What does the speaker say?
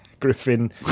Griffin